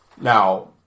Now